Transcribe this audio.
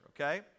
Okay